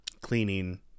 cleaning